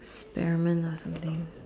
experiment lah something